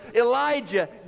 Elijah